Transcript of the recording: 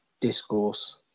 discourse